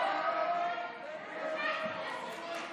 חברת הכנסת